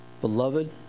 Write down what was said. Beloved